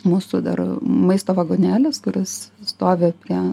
mūsų dar maisto vagonėlis kuris stovi prie